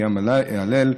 מרים הלל.